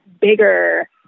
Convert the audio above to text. bigger